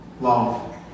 love